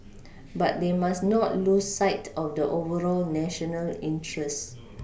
but they must not lose sight of the overall national interest